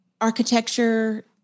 architecture